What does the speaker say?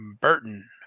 Burton